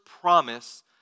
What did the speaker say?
promise